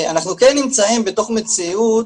אנחנו כן נמצאים בתוך מציאות